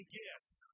gift